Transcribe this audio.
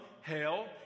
hell